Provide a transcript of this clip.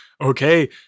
okay